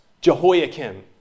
Jehoiakim